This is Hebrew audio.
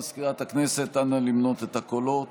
מזכירת הכנסת, אנא, למנות את הקולות.